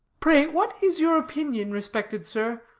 pray, what is your opinion, respected sir,